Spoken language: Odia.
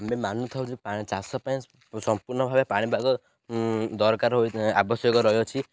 ଆମେ ମାନୁଥାଉ ଯେ ଚାଷ ପାଇଁ ସମ୍ପୂର୍ଣ୍ଣ ଭାବେ ପାଣିପାଗ ଦରକାର ହୋଇ ଆବଶ୍ୟକ ରହିଅଛି